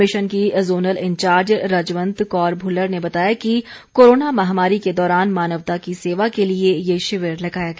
mission की zonal in charge Rajwant Kaur Bhullar ने बताया कि कोरोना महामारी के दौरान मानवता की सेवा के लिए ये शिविर लगाया गया